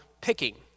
picking